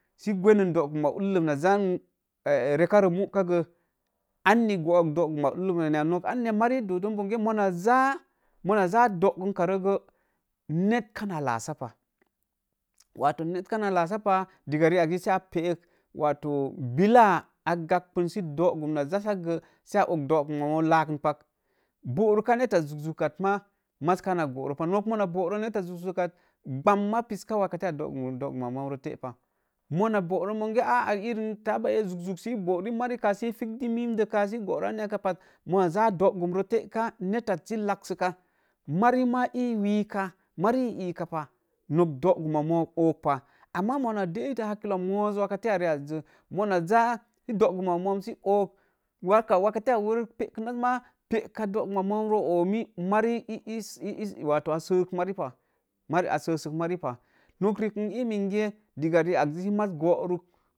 Ni gwennin doogumnia ullə na jan rekaro muka gə anni gook doogum ma ullə rə ya. mari do don bonge mona ja, munaja doogumkarə gə net kana laa sa pah, wato net kana laasa pah, rii ak jisi a peek wato billa a gaukən sə doogum na jassagə sə ok doogun moom lakən pak. Booruka netta zuk-zuk kat maa maz kana boro pah, nok mona boro netta zuk-zuk kat, gbam ma piska wakate a doogum ma moo ree te pah, mana booro munge a'a irim tabai zuk-zuk sə boori mari ka sə figdi miin də kaa sə ii goro an ya kaa, mana ja doogum rə teka nettat sə laak sə ka, mari maa ii wiika ii iikapa nok doogum ma moom o̱o̱pah. Ama mona deitə hakilo a moozo wakate a rii azsə, moona ja sə doogum sə oog, waka wakate ya wirk pekinag maa, peeka ɗoogum ma moon roo oomi, marai ee, ee wato a səs mari pah marai ee, ee wato a səs mari pah. Nok niik n ii menge rikari akji si maz gooruk